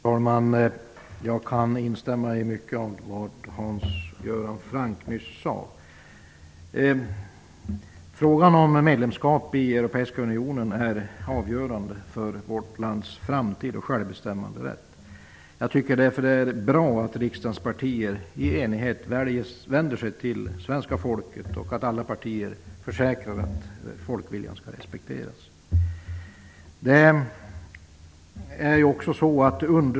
Fru talman! Jag instämmer i mycket av vad Hans Göran Franck nyss sade. Frågan om medlemskap i den europeiska unionen är avgörande för vårt lands framtid och självbestämmanderätt. Det är bra att riksdagens partier i enighet vänder sig till svenska folket och att alla partier försäkrar att folkviljan skall respekteras.